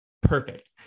Perfect